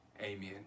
Amen